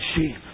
sheep